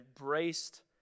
embraced